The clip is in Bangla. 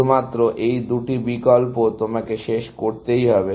শুধুমাত্র এই দুটি বিকল্প তোমাকে শেষ করতেই হবে